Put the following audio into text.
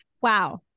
Wow